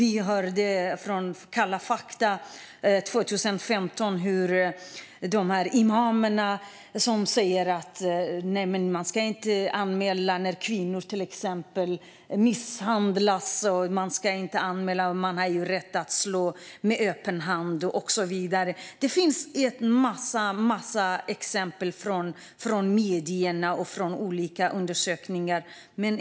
I Kalla f akta 2015 hörde vi imamer säga att man inte ska anmäla när kvinnor till exempel misshandlas, att mannen har rätt att slå med öppen hand och så vidare. Det finns massor av exempel från medierna och från olika undersökningar.